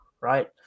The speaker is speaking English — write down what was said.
right